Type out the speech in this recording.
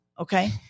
Okay